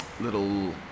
little